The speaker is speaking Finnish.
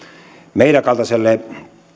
meidän kaltaisellemme